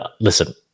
Listen